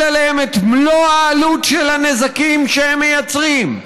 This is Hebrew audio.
עליהם את מלוא העלות של הנזקים שהם מייצרים,